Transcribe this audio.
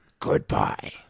Goodbye